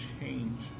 change